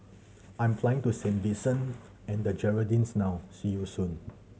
I'm flying to Saint Vincent and the Grenadines now see you soon